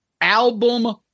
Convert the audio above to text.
album